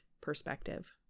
perspective